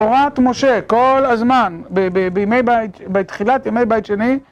תורת משה כל הזמן, בתחילת ימי בית שני